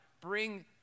bring